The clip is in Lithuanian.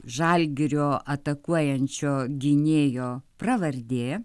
žalgirio atakuojančio gynėjo pravardė